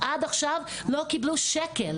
עד עכשיו לא קיבלו שקל,